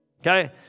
okay